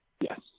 Yes